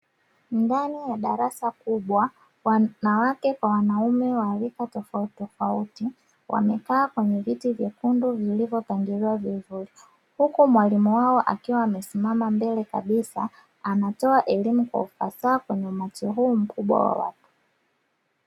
Ndani ya darasa kubwa, wanawake kwa wanaume wa rika tofauti tofauti wamekaa kwenye viti nyekundu vilivyopangiliwa vizuri, huku mwalimu wao akiwa amesimama mbele kabisa anatoa elimu kwa ufasaha kwenye umati huu mkubwa wa watu.